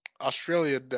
Australia